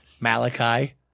Malachi